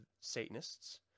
Satanists